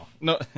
No